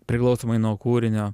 priklausomai nuo kūrinio